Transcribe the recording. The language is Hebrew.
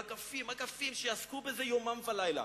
אגפים על אגפים שיעסקו בזה יומם ולילה.